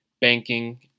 banking